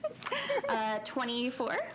24